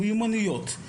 מיומנויות,